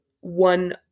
one